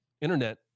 internet